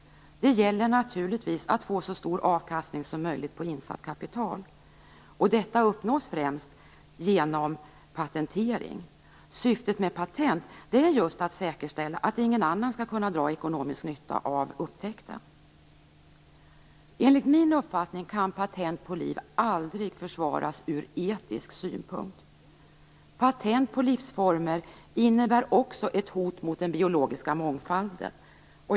Det gäller naturligtvis att få så stor avkastning som möjligt på insatt kapital, och detta uppnås främst genom patentering. Syftet med patent är just att säkerställa att ingen annan skall kunna dra ekonomisk nytta av upptäckten. Enligt min uppfattning kan patent på liv aldrig försvaras ur etisk synvinkel. Patent på livsformer innebär också ett hot mot den biologiska mångfalden.